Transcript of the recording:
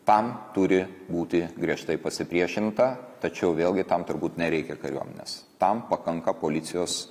tam turi būti griežtai pasipriešinta tačiau vėlgi tam turbūt nereikia kariuomenės tam pakanka policijos